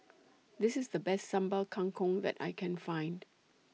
This IS The Best Sambal Kangkong that I Can Find